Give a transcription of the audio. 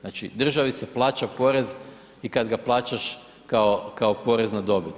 Znači državi se plaća porez i kad ga plaćaš kao porez na dobit.